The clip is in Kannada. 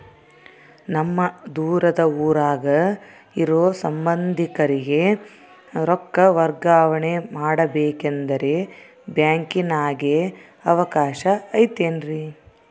ನಮ್ಮ ದೂರದ ಊರಾಗ ಇರೋ ಸಂಬಂಧಿಕರಿಗೆ ರೊಕ್ಕ ವರ್ಗಾವಣೆ ಮಾಡಬೇಕೆಂದರೆ ಬ್ಯಾಂಕಿನಾಗೆ ಅವಕಾಶ ಐತೇನ್ರಿ?